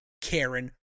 Karen